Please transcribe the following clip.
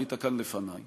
היית כאן לפני.